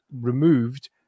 removed